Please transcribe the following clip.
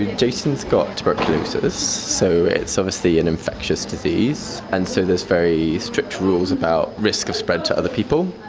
yeah jason has got tuberculosis, so it's obviously an infectious disease, and so there's very strict rules about risk of spread to other people.